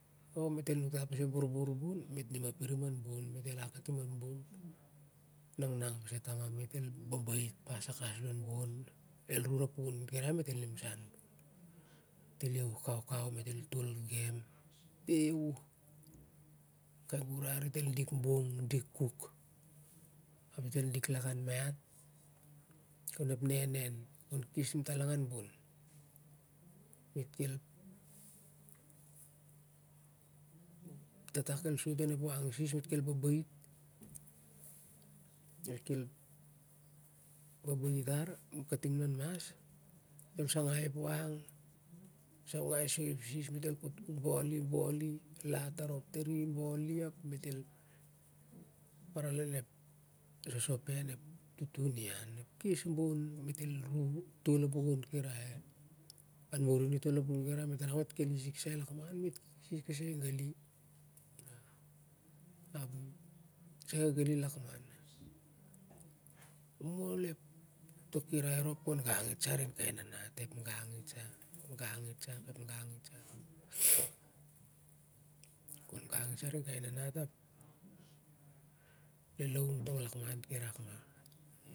O mit el muktat pas ep borbor bon mit a nim ma pinm au bon mit el nang nang pas e tamam mit el babait pas sac kawas alon bon el nu rapukun kirae mit a nim sa ai bon mit el iahu kau kau mit el tol gem ia ia hu kai girar dit el dik bong dik kuk ap dit el dik lakan maiat kon ep nennen kon kes timtolang ai bon mit kel e tata el sot of nep wak sis mit kel babait mit kel babait tar mit kel nanas kes saugai ep wak sangai soi ep sis mit el boliboli lap arop tan boli mit el parai lon ep sosopen tutun ian mit el les bon mit el toi e pukan kirai an mumun i toi a pukan kirai mit ki rak mit el isis kasai gali lakman mit kil isis ka sai gagali lakman momol ta pukan riri rop ken gang it sah anikai nanat ep gang ot sa ap ep gang itsa arin kai nanat ap lalaur tong lakman u irak it sa